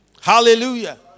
Hallelujah